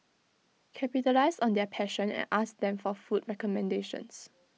capitalise on their passion and ask them for food recommendations